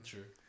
True